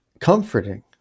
comforting